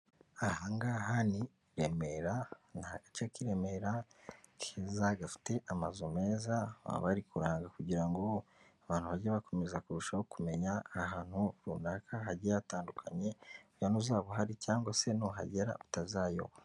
Aha ngaha ni Remera agace k'i Remera keza gafite amazu meza, baba bari kuranga kugira ngo abantu bajye bakomeza kurushaho kumenya ahantu runaka hagiye hatandukanye, kugira ngo n'uzaba uhari cyangwa se nuhagera utazayoba.